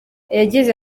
yagize